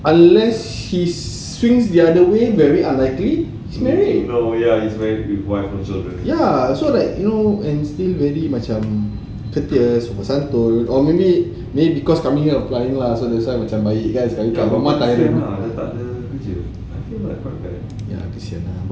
unless he swings the other way very unlikely he's married ya so like so and still very macam courteous sopan santun or maybe because coming here applying so macam baik kan selalu kat rumah ya kesian